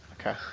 Okay